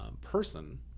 person